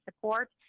support